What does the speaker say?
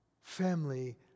Family